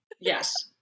Yes